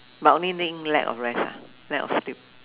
but only thing lack of rest ah lack of sleep